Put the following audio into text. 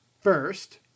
First